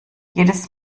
jedes